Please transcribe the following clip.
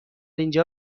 اینجا